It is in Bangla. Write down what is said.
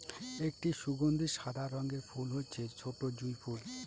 একটি সুগন্ধি সাদা রঙের ফুল হচ্ছে ছোটো জুঁই ফুল